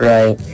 Right